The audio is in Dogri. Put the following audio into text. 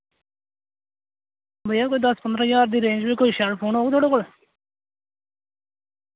भैया कोई दस पंदरां ज्हार दी रेंज बिच कोई शैल फोन होग थुआढ़े कोल